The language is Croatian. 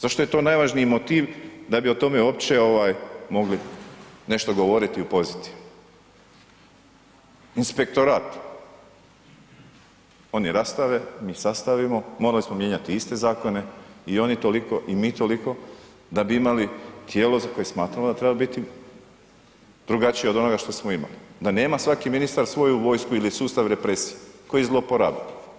Zašto je to najvažniji motiv da bi o tome uopće mogli nešto govoriti ... Inspektorat, oni rastave, mi sastavimo, morali smo mijenjati iste zakone i oni toliko, i mi toliko da bi imali tijelo za koje smatramo da treba biti drugačije od noga što smo imali, da nema svaki ministar svoju vojsku ili sustav represije koji zloporabi.